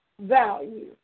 value